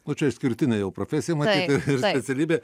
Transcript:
nu čia išskirtinė jau profesija matyt ir specialybė